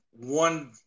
one